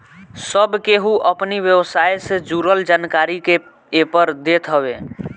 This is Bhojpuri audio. सब केहू अपनी व्यवसाय से जुड़ल जानकारी के एपर देत हवे